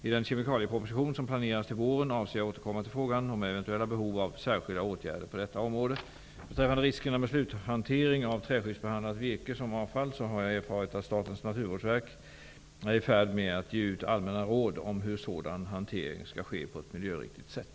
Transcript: I den kemikalieproposition som planeras till våren avser jag återkomma till frågan om eventuella behov av särskilda åtgärder på detta område. Beträffande riskerna med sluthantering av träskyddsbehandlat virke som avfall har jag erfarit att Statens naturvårdsverk är i färd med att ge ut allmänna råd om hur sådan hantering skall ske på ett miljöriktigt sätt.